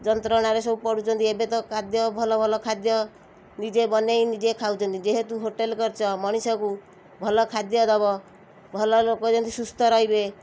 ଯନ୍ତ୍ରଣାରେ ସବୁ ପଡ଼ୁଛନ୍ତି ଏବେ ତ ଖାଦ୍ୟ ଭଲ ଭଲ ଖାଦ୍ୟ ନିଜେ ବନେଇ ନିଜେ ଖାଉଛନ୍ତି ଯେହେତୁ ହୋଟେଲ୍ କରିଛ ମଣିଷକୁ ଭଲ ଖାଦ୍ୟ ଦବ ଭଲ ଲୋକ ଯେମତି ସୁସ୍ଥ ରହିବେ